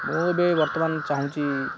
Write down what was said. ମୁଁ ଏବେ ବର୍ତ୍ତମାନ ଚାହୁଁଛି